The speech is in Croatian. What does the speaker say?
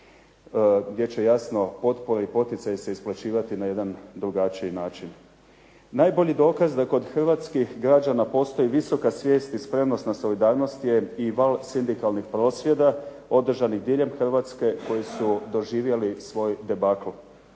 gdje će se jasno potpore i poticaji isplaćivati na jedan drugačiji način. Najbolji dokaz da kod hrvatskih građana postoji visoka svijest i spremnost na solidarnost je i val sindikalnih prosvjeda, održanih diljem Hrvatske koji su doživjeli svoj debakl.